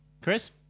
Chris